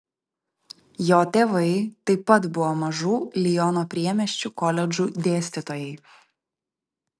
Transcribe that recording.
jo tėvai taip pat buvo mažų liono priemiesčių koledžų dėstytojai